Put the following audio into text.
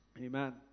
Amen